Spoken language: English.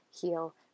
heal